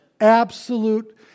absolute